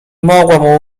mogłam